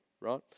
right